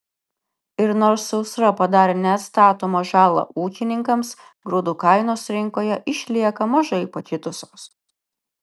ir nors sausra padarė neatstatomą žalą ūkininkams grūdų kainos rinkoje išlieka mažai pakitusios